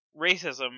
racism